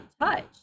touch